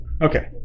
Okay